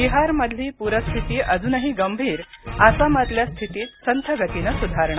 बिहारमधली पूरस्थिती अजूनही गंभीर आसामातल्या स्थितीत संथ गतीनं स्धारणा